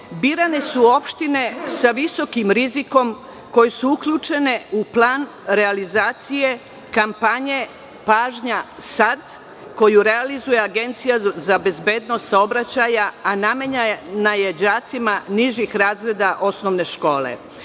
birane su opštine sa visokim rizikom koje su uključene u plan realizacije kampanje „Pažnja sad“, koju realizuje Agencija za bezbednost saobraćaja, a namenjena je đacima nižih razreda osnovne škole.